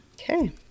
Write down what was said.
Okay